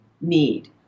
need